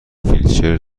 ویلچر